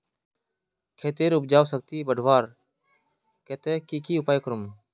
खेतेर उपजाऊ शक्ति बढ़वार केते की की करूम?